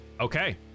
okay